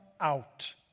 out